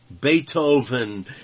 Beethoven